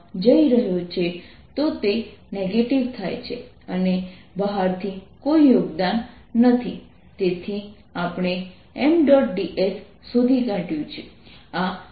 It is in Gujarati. તેથી જો આપેલ cos છે તેથી આપણે આ cos લખી શકીએ